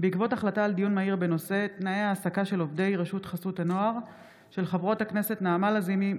בעקבות דיון בהצעתן של חברות הכנסת נעמה לזימי,